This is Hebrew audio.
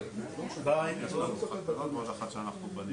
אבל זה מה שהחוק קבע, זאב, זה מה שהחוק קבע.